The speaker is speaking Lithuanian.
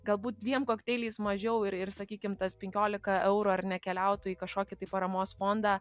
galbūt dviem kokteiliais mažiau ir ir sakykim tas penkiolika eurų ar ne keliautų į kažkokį tai paramos fondą